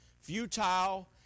futile